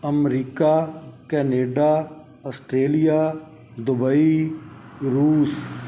America Canada Australia Dubai ਰੂਸ